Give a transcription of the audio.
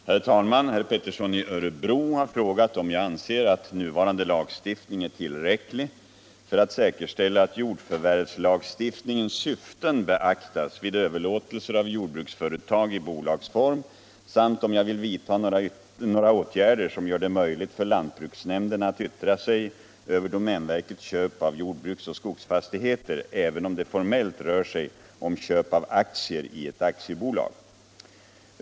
Herr talman! Herr Pettersson i Örebro har frågat om jag anser att nuvarande lagstiftning är tillräcklig för att säkerställa att jordförvärvslagstiftningens syften beaktas vid överlåtelser av jordbruksföretag i bolagsform samt om jag vill vidta några åtgärder som gör det möjligt för lantbruksnämnderna att yttra sig över domänverkets köp av jordbruksoch skogsfastigheter även om det formellt rör sig om köp av aktier i ett aktiebolag.